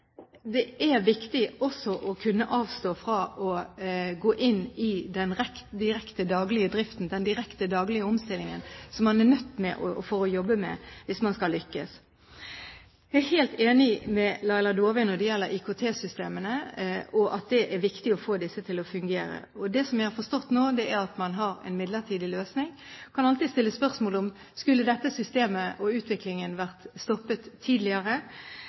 viktig også å kunne avstå fra å gå inn i den direkte daglige driften, den direkte daglige omstillingen, som man er nødt til å jobbe med hvis man skal lykkes. Jeg er helt enig med Laila Dåvøy når det gjelder IKT-systemene, og at det er viktig å få disse til å fungere. Det jeg har forstått nå, er at man har en midlertidig løsning. Man kan alltid stille spørsmålet: Skulle dette systemet og utviklingen vært stoppet tidligere?